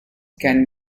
can